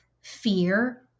fear